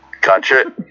Gotcha